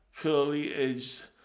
curly-edged